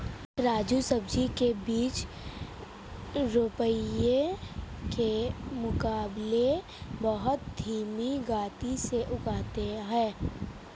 राजू सब्जी के बीज रोपाई के मुकाबले बहुत धीमी गति से उगते हैं